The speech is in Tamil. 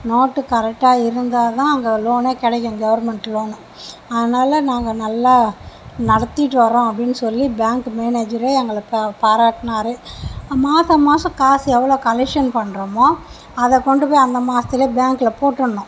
நோட்டு கரெக்டாக இருந்தால் தான் அங்கே லோனே கிடைக்கும் கவர்மெண்ட் லோனு அதனால் நாங்கள் நல்லா நடத்திட்டு வர்றோம் அப்படின்னு சொல்லி பேங்க் மேனேஜரே எங்களை பாராட்டினார் மாசம் மாசம் காசு எவ்வளோ கலெக்ஷன் பண்ணுறோமோ அதை கொண்டு போய் அந்த மாதத்துலயே பேங்க்கில் போட்டுருணும்